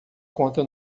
conta